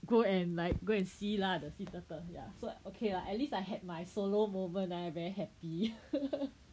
go and like go and see lah the sea turtle ya so okay lah at least I had my solo moment ah very happy